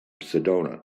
sedona